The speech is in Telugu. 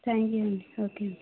థ్యాంక్యూ అండి ఓకే